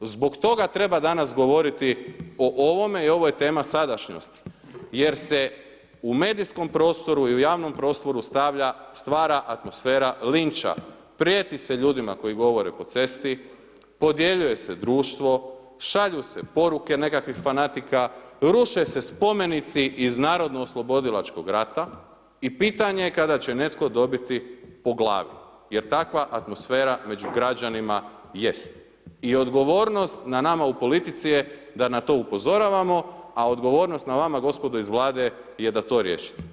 Zbog toga treba danas govoriti o ovome i ovo je tema sadašnjosti, jer se u medijskom prostoru i u javnom prostoru, stvara atmosfera linča, prijeti se ljudima koji govore po cesti, podjeljuje se društvo, šalju se poruke nekakvih fanatika, ruše se spomenici iz Narodno oslobodilačkog rata i pitanje kada će netko dobiti po glavi, jer takva atmosfera među građanima jest i odgovornost na nama u politici je da na to upozoravamo, a odgovornost na vama gospodo iz Vlade je da to riješite.